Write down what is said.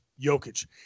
Jokic